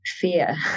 fear